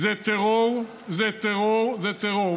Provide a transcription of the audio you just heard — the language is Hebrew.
זה טרור, זה טרור, זה טרור.